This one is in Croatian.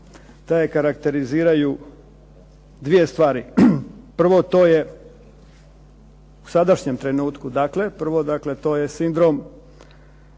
da je karakteriziraju dvije stvari. Prvo, to je u sadašnjem trenutku dakle, prvo dakle to je sindrom